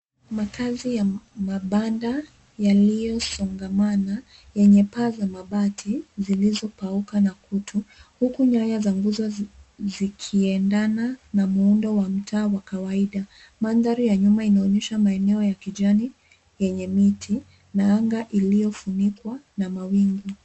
Makazi ya mabanda yaliyosongamana yenye paa za mabati zilizopauka na kutu, huku nyaya za nguzo zikiendana na muundo wa mtaa wa kawaida. Mandhari ya nyuma inaonyesha maeneo ya kijani yenye miti na anga iliyofunikwa na mawingu.